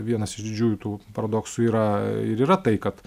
vienas iš didžiųjų tų paradoksų yra ir yra tai kad